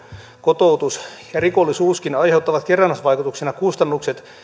kotoutus ja rikollisuuskin aiheuttavat kerrannaisvaikutuksina kustannukset